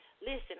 Listen